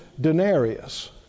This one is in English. denarius